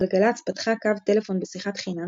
גלגלצ פתחה קו טלפון בשיחת חינם,